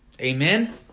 Amen